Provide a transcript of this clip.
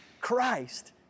Christ